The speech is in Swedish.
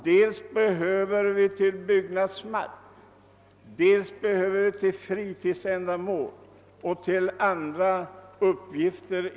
Vi behöver dels byggnadsmark, dels mark för fritidsändamål och annat.